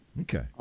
Okay